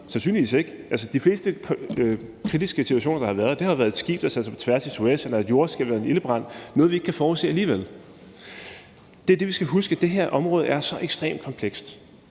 Sandsynligvis ikke. De fleste kritiske situationer, der har været, har været et skib, der sad på tværs af Suezkanalen, eller et jordskælv eller en ildebrand. Altså noget, vi ikke kan forudse alligevel. Det er det, vi skal huske. Det her område er så ekstremt komplekst.